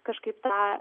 kažkaip tą